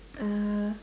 uh